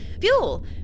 Fuel